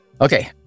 Okay